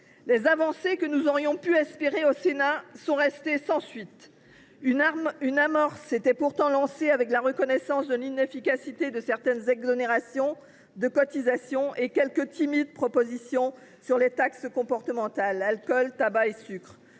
Les avancées que nous aurions pu espérer au Sénat sont restées sans suite. Une amorce était pourtant lancée avec la reconnaissance de l’inefficacité de certaines exonérations de cotisations et quelques timides propositions sur les taxes comportementales – alcool, tabac et sucres.